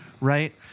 right